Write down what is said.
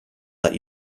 let